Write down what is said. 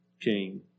king